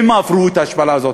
הם עברו את ההשפלה הזאת,